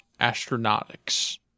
Astronautics